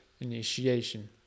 initiation